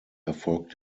erfolg